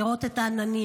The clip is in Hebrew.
לראות את העננים,